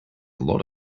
lot